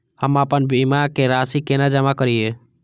हम आपन बीमा के राशि केना जमा करिए?